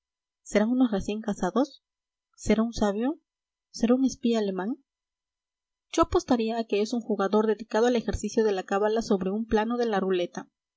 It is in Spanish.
serán unos recién casados será un sabio será un espía alemán yo apostaría a que es un jugador dedicado al ejercicio de la cábala sobre un plano de la ruleta